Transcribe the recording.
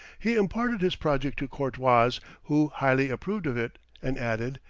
he imparted his project to courtois, who highly approved of it, and added,